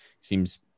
Seems